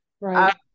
right